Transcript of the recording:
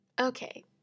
okay